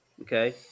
okay